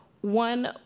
One